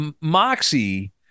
moxie